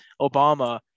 Obama